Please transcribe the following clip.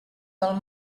pel